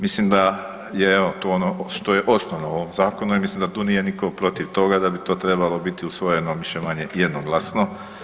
Mislim da je evo tu ono što je osnovno u ovom zakonu, ja mislim da tu nije niko protiv toga da bi to trebalo biti usvojeno više-manje jednoglasno.